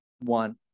One